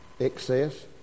excess